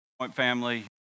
Family